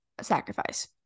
sacrifice